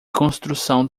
construção